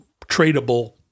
tradable